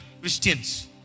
Christians